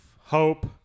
hope